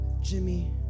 Jimmy